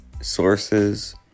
sources